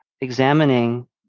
examining